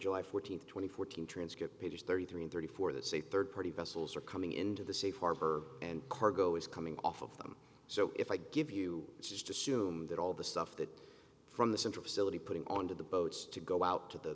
july fourteenth twenty fourteen transcript page thirty three and thirty four that say third party vessels are coming into the safe harbor and cargo is coming off of them so if i give you just assume that all the stuff that from the center of syllabi putting on to the boats to go out to the